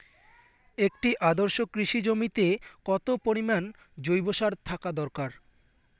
একটি আদর্শ কৃষি জমিতে কত পরিমাণ জৈব সার থাকা দরকার?